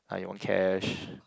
I want cash